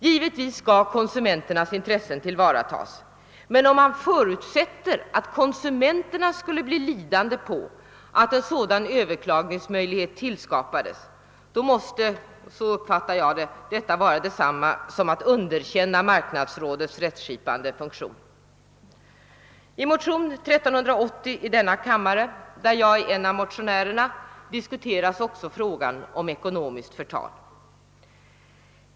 Givetvis skall konsumenternas intressen tillvaratas, men om man förutsätter att konsumenterna skulle bli lidande på att en sådan överklagningsmöjlighet skapas måste — så uppfattar jag saken — detta var detsamma som att underkänna marknadsrådets rättsskipande funktion. I motionen 1II:1380 — likalydande med motionen I: 1171 — som jag varit med om att väcka behandlas också frågan om ekonomiskt förtal.